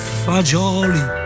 fagioli